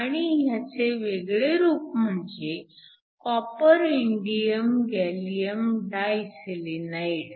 आणि ह्याचे वेगळे रूप म्हणजे कॉपर इंडिअम गॅलीअम डाय सेलेनाईड